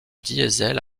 diesel